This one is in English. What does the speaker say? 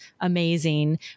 amazing